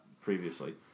previously